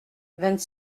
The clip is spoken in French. vingt